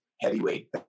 heavyweight